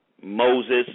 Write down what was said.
Moses